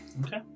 Okay